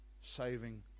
saving